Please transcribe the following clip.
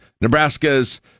Nebraska's